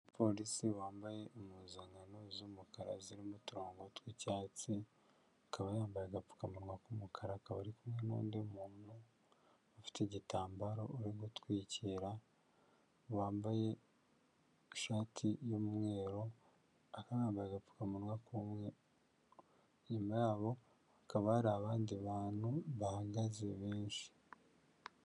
Umupolisi wambaye impuzankano z'umukara zirimo utungo tw'icyatsi, akaba yambaye agapfukamunwa k'umukara, akaba ari kumwe n'undi muntu ufite igitambaro uri gutwikira, wambaye ishati y'umweru, akaba yambaye agapfukamunwa k'umweru, nyuma ya hakaba hari abandi bantu bahagaze benshi.